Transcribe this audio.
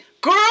Girl